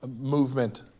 movement